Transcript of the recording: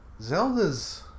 Zelda's